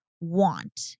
want